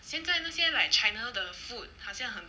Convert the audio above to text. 现在那些 like china 的 food 好像很